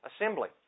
assembly